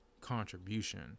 contribution